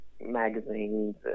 magazines